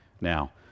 Now